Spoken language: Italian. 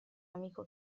amico